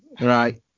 Right